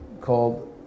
called